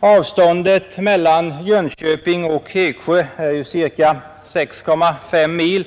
Avståndet mellan Jönköping och Eskjö, ca 6,5 mil,